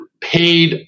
paid